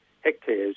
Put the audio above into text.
hectares